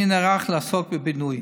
אני נערך לעסוק בבינוי,